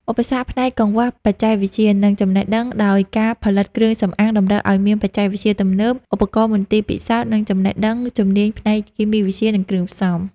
ឧបសគ្គផ្នែកកង្វះបច្ចេកវិទ្យា និងចំណេះដឹង ដោយការផលិតគ្រឿងសម្អាងតម្រូវឱ្យមានបច្ចេកវិទ្យាទំនើប ឧបករណ៍មន្ទីរពិសោធន៍ និងចំណេះដឹងជំនាញផ្នែកគីមីវិទ្យា និងគ្រឿងផ្សំ។